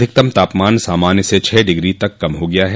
अधिकतम तापमान सामान्य से छः डिग्री तक कम हो गया है